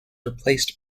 replaced